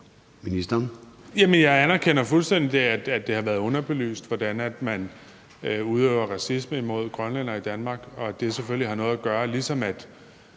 jeg anerkender fuldstændig, at det har været underbelyst, hvordan man udøver racisme imod grønlændere i Danmark, og at ligesom